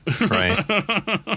right